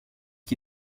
qui